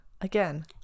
again